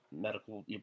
medical